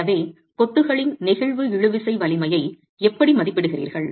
எனவே கொத்துகளின் நெகிழ்வு இழுவிசை வலிமையை எப்படி மதிப்பிடுகிறீர்கள்